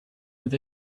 with